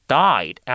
died